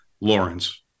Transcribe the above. lawrence